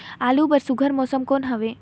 आलू बर सुघ्घर मौसम कौन हवे?